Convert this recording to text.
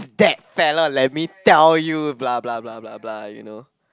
that fella let me tell you blah blah blah blah blah you know